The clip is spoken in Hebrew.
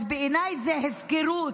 אז בעיניי זו הפקרות.